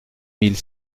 mille